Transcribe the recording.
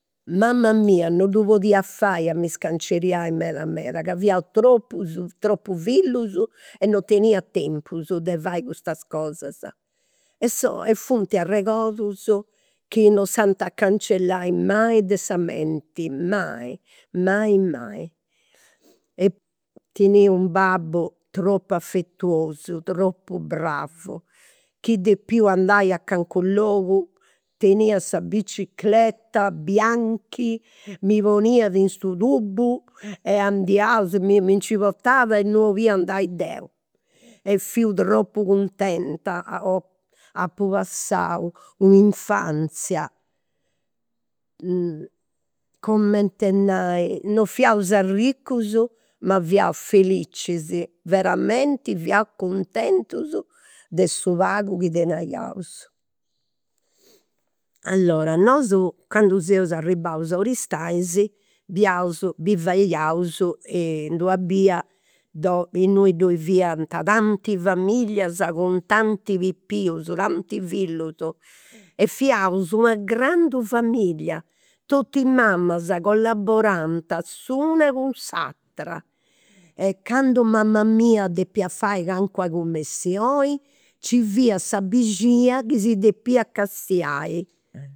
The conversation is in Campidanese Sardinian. Mama mia non ddu podia scanceriai meda meda ca fiaus tropus, tropus fillus e non tenia tempus de fai custas cosas. E sono e funt arregodus chi non s'ant cancellai mai de sa menti, mai mai mai. Tenia u' babbu tropu afetuosu, tropu bravu, chi depiu andai a calicunu logu, tenia sa bicicreta bianchi, mi poniat in su tubu e andiaus, mi mi nci portat inui 'olia andai deu. E fiu tropu cuntenta. Apu passau u' infanzia cument'e nai, non fiaus arricus ma fiaus felicis, veramenti fiaus cuntentus de su pagu chi tenaiaus. Allora, nosu, candu seus arribaus a Aristanis biaus bivaiaus in d'una bia do innui ddoi fiant tanti familias cun tantis, tanti fillus. E fiaus una grandu familia, totus i' mamas collaborant s'una cun s'atera. Candu mama mia depiat fai calincuna cumissioni nci fiat sa bixina chi si depia castiai